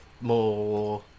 more